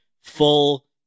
full